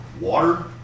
water